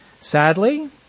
Sadly